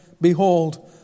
Behold